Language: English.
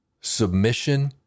submission